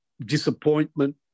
disappointment